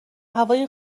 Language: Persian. هوای